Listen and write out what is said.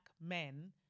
men